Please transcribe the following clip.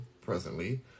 presently